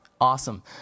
Awesome